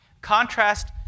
Contrast